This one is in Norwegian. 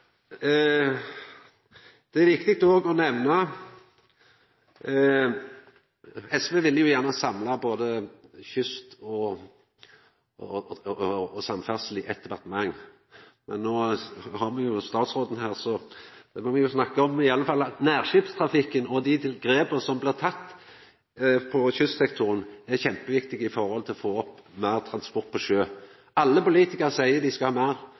òg er viktig å nemna, er at SV gjerne vil ha samla både kyst og samferdsle i eitt departement. No har me jo statsråden her, så då får vi i alle fall snakka om nærskipstrafikken. Dei grepa som blei tatt for kystsektoren, er kjempeviktige med omsyn til å få meir transport på sjø. Alle politikarar seier at dei vil ha meir